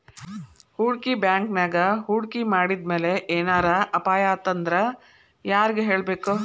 ಹೂಡ್ಕಿ ಬ್ಯಾಂಕಿನ್ಯಾಗ್ ಹೂಡ್ಕಿ ಮಾಡಿದ್ಮ್ಯಾಲೆ ಏನರ ಅಪಾಯಾತಂದ್ರ ಯಾರಿಗ್ ಹೇಳ್ಬೇಕ್?